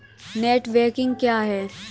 Net banking क्या है?